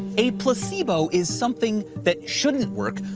a placebo is something that shouldn't work,